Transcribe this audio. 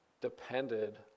depended